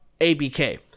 ABK